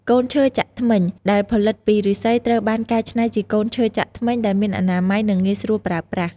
កូនឈើចាក់ធ្មេញ ដែលផលិតពីឫស្សីត្រូវបានកែច្នៃជាកូនឈើចាក់ធ្មេញដែលមានអនាម័យ និងងាយស្រួលប្រើប្រាស់។